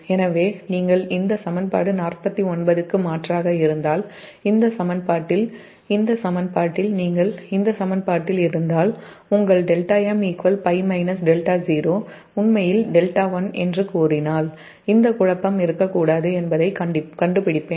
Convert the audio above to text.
எனவே நீங்கள் இந்த சமன்பாடு 49 க்கு மாற்றாக இருந்தால் இந்த சமன்பாட்டில் இருந்தால் உங்கள் δm 𝝅 δ0 உண்மையில் 𝜹1 என்று கூறினால் இந்த குழப்பம் இருக்கக்கூடாது என்பதைக் கண்டுபிடிப்பேன்